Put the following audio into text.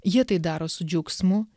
jie tai daro su džiaugsmu